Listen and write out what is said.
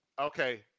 Okay